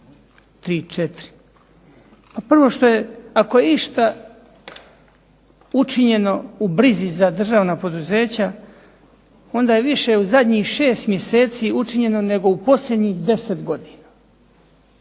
četiri. Prvo ako je išta učinjeno u brizi za državna poduzeća onda je više u zadnjih šest mjeseci učinjeno nego u posljednjih deset godina.